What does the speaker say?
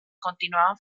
continuaban